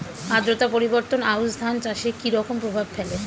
আদ্রতা পরিবর্তন আউশ ধান চাষে কি রকম প্রভাব ফেলে?